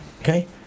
okay